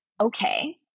okay